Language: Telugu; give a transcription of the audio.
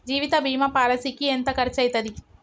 జీవిత బీమా పాలసీకి ఎంత ఖర్చయితది?